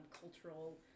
cultural